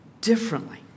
differently